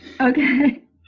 Okay